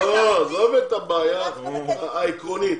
עזוב את הבעיה העקרונית.